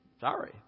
sorry